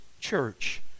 church